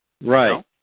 Right